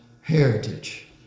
Heritage